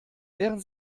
wären